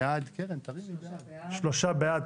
שלושה בעד.